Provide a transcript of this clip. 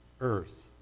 earth